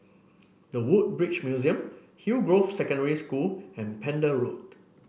The Woodbridge Museum Hillgrove Secondary School and Pender Road